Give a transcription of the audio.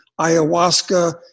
ayahuasca